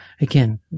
again